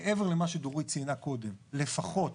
מעבר למה שדורית ציינה קודם, לפחות